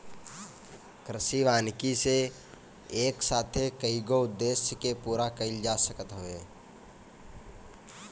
कृषि वानिकी से एक साथे कईगो उद्देश्य के पूरा कईल जा सकत हवे